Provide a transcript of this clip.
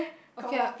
okay ah